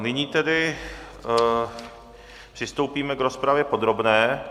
Nyní tedy přistoupíme k rozpravě podrobné.